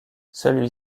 celui